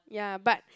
ya but